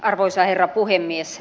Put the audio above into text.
arvoisa herra puhemies